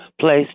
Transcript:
place